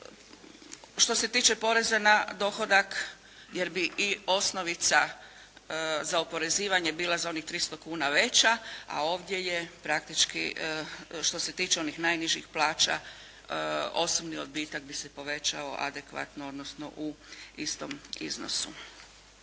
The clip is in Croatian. što se tiče poreza na dohodak jer bi i osnovica za oporezivanje bila za onih 300 kuna veća a ovdje je praktički što se tiče onih najnižih plaća, osobni odbitak bi se povećao adekvatno odnosno u istom iznosu.